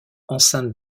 enceinte